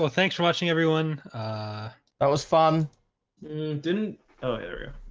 ah thanks for watching everyone that was fun didn't area